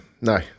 no